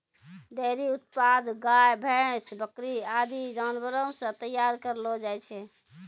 dairy उत्पाद गाय, भैंस, बकरी आदि जानवर सें तैयार करलो जाय छै